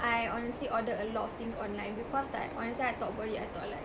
I honestly ordered a lot of things online because like honestly I thought about it I thought like